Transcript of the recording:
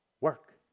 Work